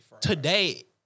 today